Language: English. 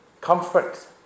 Comfort